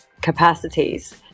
capacities